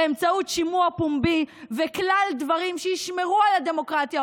באמצעות שימוע פומבי וכלל הדברים שישמרו על הדמוקרטיה,